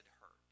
hurt